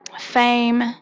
fame